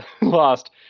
lost